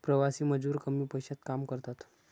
प्रवासी मजूर कमी पैशात काम करतात